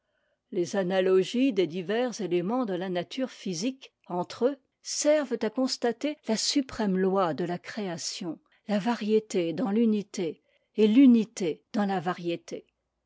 les analogies des divers éléments de la nature physique entre eux servent à constater la suprême loi de la création la variété dans l'unité et l'unité dans la variété